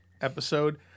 episode